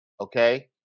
Okay